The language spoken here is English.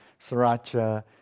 Sriracha